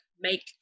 make